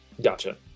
Gotcha